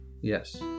Yes